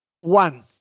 One